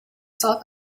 saw